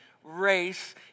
race